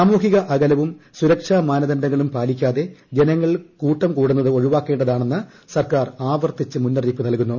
സാമൂഹിക അകലവും സുരക്ഷാ മാനദണ്ഡങ്ങളും പാലിക്കാതെ ജനങ്ങൾ കൂടുന്നത് ഒഴിവാക്കേണ്ടതാണെന്ന് സർക്കാർ ആവർത്തിച്ച് മുന്നറിയിപ്പ് നൽകുന്നു